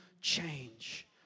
change